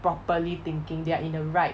properly thinking they are in the right